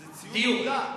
זה ציון עובדה.